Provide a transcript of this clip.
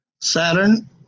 Saturn